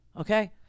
Okay